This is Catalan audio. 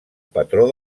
patró